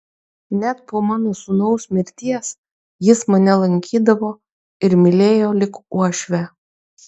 net po mano sūnaus mirties jis mane lankydavo ir mylėjo lyg uošvę